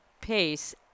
pace